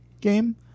game